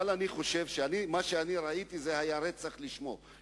אבל אני חושב שמה שאני ראיתי היה רצח לשמו.